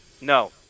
No